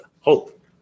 hope